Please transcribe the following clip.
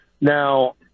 Now